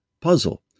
puzzle